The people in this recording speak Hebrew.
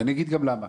ואני אגיד גם למה.